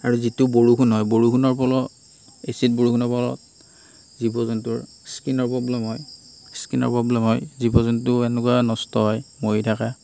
আৰু যিটো বৰষুণ হয় বৰষুণৰ ফলত এছিড বৰষুণৰ ফলত জীৱ জন্তুৰ স্কিনৰ প্ব্লেম হয় স্কিনৰ পব্লেম হয় জীৱ জন্তু এনেকুৱা নষ্ট হয় মৰি থাকে